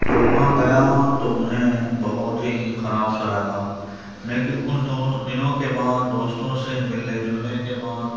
جب وہاں گیا تو مجھے بہت ہی خراب سا لگا لیکن کچھ دِنوں کے بعد دوستوں سے ملنے جُلنے کے بعد